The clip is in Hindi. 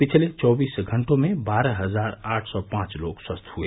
पिछले चौबीस घटों में बारह हजार आठ सौ पांच लोग स्वस्थ हुए